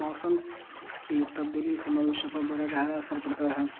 موسم کی تبدیلی سے مو شفہ برا گارا اثر پڑتا ہے